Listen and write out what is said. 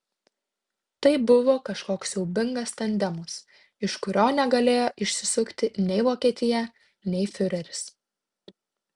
tai buvo kažkoks siaubingas tandemas iš kurio negalėjo išsisukti nei vokietija nei fiureris